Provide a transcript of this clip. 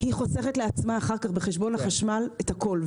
היא חוסכת לעצמה אחר כך בחשבון החשמל את הכול.